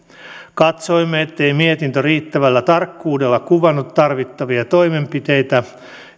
katsoimme ettei mietintö riittävällä tarkkuudella kuvannut tarvittavia toimenpiteitä